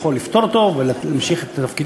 יכול לפטור אותו ולתת לו להמשיך בתפקידו.